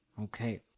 Okay